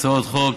הצעות חוק,